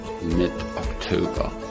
mid-October